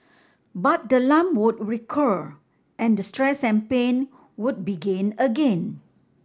but the lump would recur and the stress and pain would begin again